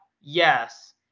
yes